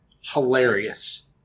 hilarious